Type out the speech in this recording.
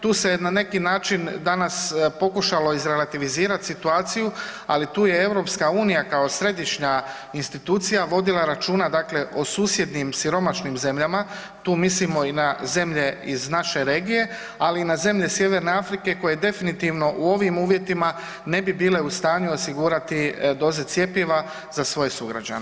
Tu se na neki način danas pokušalo izrelativizirati situaciju, ali tu je EU kao središnja institucija vodila računa dakle o susjednim siromašnim zemljama, tu mislimo i na zemlje iz naše regije, ali i na zemlje Sjeverne Afrike koje definitivno u ovim uvjetima ne bi bile u stanju osigurati doze cjepiva za svoje sugrađane.